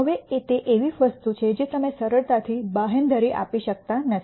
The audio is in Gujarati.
હવે તે એવી વસ્તુ છે જે તમે સરળતાથી બાંહેધરી આપી શકતા નથી